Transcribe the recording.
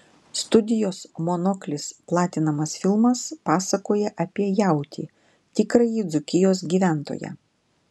studijos monoklis platinamas filmas pasakoja apie jautį tikrąjį dzūkijos gyventoją